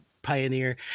pioneer